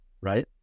right